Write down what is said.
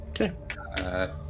Okay